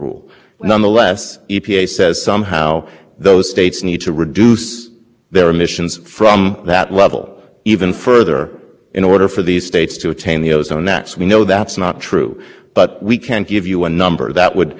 review and complain that the resolution was arbitrary but you know your honor is correct that on that one point they are relying on their modeling which we challenge as part of the second argument but you started out by saying he does e p a doesn't